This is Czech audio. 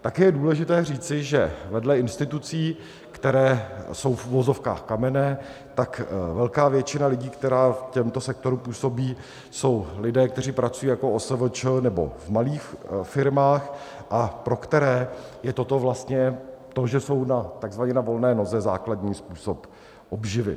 Také je důležité říci, že vedle institucí, které jsou v uvozovkách kamenné, tak velká většina lidí, která těmto sektorům působí, jsou lidé, kteří pracují jako OSVČ nebo v malých firmách a pro které je toto vlastně, to, že jsou na tzv. volné noze, základní způsob obživy.